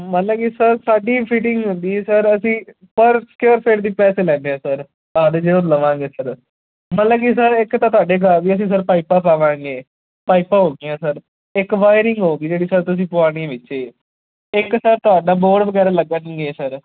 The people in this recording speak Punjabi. ਮੰਨ ਲਾਂਗੇ ਸਰ ਸਾਡੀ ਫਿਟਿੰਗ ਹੁੰਦੀ ਹੈ ਸਰ ਅਸੀਂ ਪਰ ਸਕੇਅਰ ਫੀਟ ਦੀ ਪੈਸੇ ਲੈਂਦੇ ਹਾਂ ਸਰ ਕਰ ਜਦੋਂ ਲਵਾਂਗੇ ਸਰ ਮਤਲਬ ਕਿ ਸਰ ਇੱਕ ਤਾਂ ਤੁਹਾਡੇ ਗਾ ਵੀ ਅਸੀਂ ਸਰ ਪਾਈਪਾਂ ਪਾਵਾਂਗੇ ਪਾਈਪਾਂ ਹੋ ਗਈਆਂ ਸਰ ਇੱਕ ਵਾਏਰਿੰਗ ਹੋ ਗਈ ਜਿਹੜੀ ਸਰ ਤੁਸੀਂ ਪਵਾਉਣੀ ਵਿੱਚ ਇੱਕ ਸਰ ਤੁਹਾਡਾ ਬੋਡ ਵਗੈਰਾ ਲੱਗਣਗੇ ਸਰ